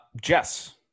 Jess